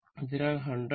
അതിനാൽ 10014